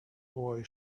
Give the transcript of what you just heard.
boy